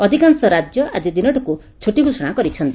ଅଧିକାଂଶ ରାଜ୍ୟ ଆଜି ଦିନଟିକୁ ଛୁଟି ଘୋଷଣା କରିଛନ୍ତି